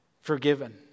forgiven